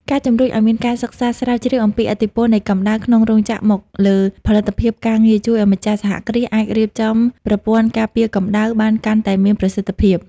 ការជំរុញឱ្យមានការសិក្សាស្រាវជ្រាវអំពីឥទ្ធិពលនៃកម្ដៅក្នុងរោងចក្រមកលើផលិតភាពការងារ ជួយឱ្យម្ចាស់សហគ្រាសអាចរៀបចំប្រព័ន្ធការពារកម្ដៅបានកាន់តែមានប្រសិទ្ធភាព។